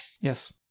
Yes